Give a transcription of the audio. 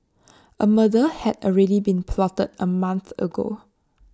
A murder had already been plotted A month ago